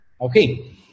Okay